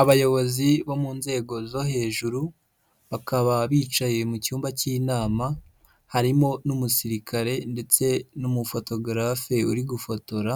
Abayobozi bo mu nzego zo hejuru, bakaba bicaye mu cyumba cy'inama, harimo n'umusirikare ndetse n'umufotogarafe uri gufotora,